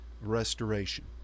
restoration